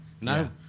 No